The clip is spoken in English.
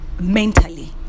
mentally